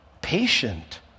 patient